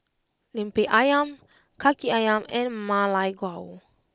Lemper Ayam Kaki Ayam and Ma Lai Gao